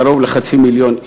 קרוב לחצי מיליון איש.